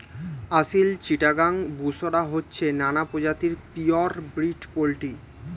আসিল, চিটাগাং, বুশরা হচ্ছে নানা প্রজাতির পিওর ব্রিড পোল্ট্রি